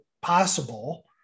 possible